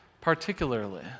particularly